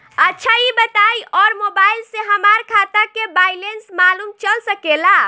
अच्छा ई बताईं और मोबाइल से हमार खाता के बइलेंस मालूम चल सकेला?